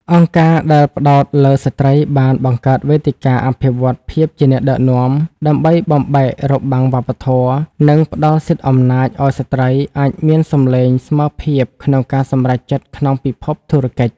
អង្គការដែលផ្ដោតលើស្រ្តីបានបង្កើតវេទិកាអភិវឌ្ឍន៍ភាពជាអ្នកដឹកនាំ ដើម្បីបំបែករបាំងវប្បធម៌ និងផ្ដល់សិទ្ធិអំណាចឱ្យស្រ្តីអាចមានសំឡេងស្មើភាពក្នុងការសម្រេចចិត្តក្នុងពិភពធុរកិច្ច។